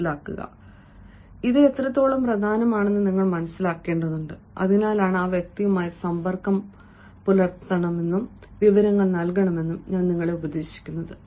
അതിനാൽ ഇത് എത്രത്തോളം പ്രധാനമാണെന്ന് നിങ്ങൾ മനസിലാക്കേണ്ടതുണ്ട് അതിനാലാണ് ആ വ്യക്തിയുമായി സമ്പർക്കം പുലർത്താനും വിവരങ്ങൾ നൽകാനും ഞാൻ നിങ്ങളെ ഉപദേശിക്കുന്നത്